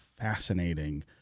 fascinating